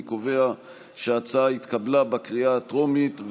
אני קובע שההצעה התקבלה בקריאה הטרומית,